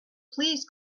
please